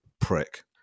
prick